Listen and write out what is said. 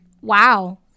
wow